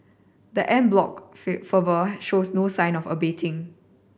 the en bloc fervour shows no sign of abating